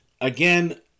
Again